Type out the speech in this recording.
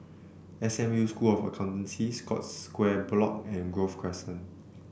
S M U School of Accountancy Scotts Square Block and Grove Crescent